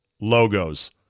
logos